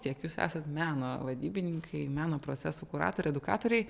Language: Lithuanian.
tiek jūs esat meno vadybininkai meno procesų kuratoriai edukatoriai